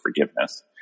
forgiveness